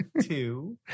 two